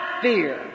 fear